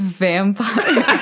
vampire